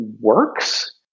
works